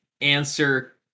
answer